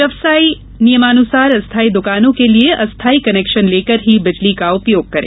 व्यवसायी नियमानुसार अस्थायी दुकानों के लिए अस्थायी कनेक्शन लेकर ही बिजली का उपयोग करें